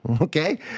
okay